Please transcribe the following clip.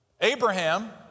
Abraham